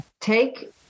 Take